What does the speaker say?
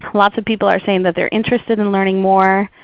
lots of people are saying that they're interested in learning more.